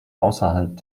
außerhalb